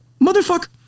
Motherfucker